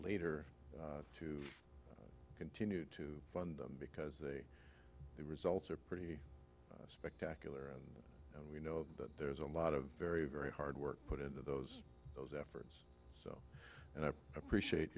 later to continue to fund them because they the results are pretty spectacular and we know that there's a lot of very very hard work put into those those efforts and i appreciate